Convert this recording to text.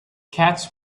cats